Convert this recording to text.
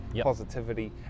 positivity